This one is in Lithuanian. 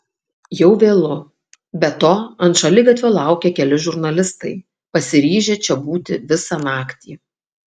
jau vėlu be to ant šaligatvio laukia keli žurnalistai pasiryžę čia būti visą naktį